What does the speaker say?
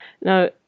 Now